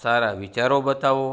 સારા વિચારો બતાવો